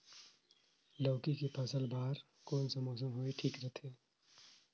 लौकी के फसल बार कोन सा मौसम हवे ठीक रथे?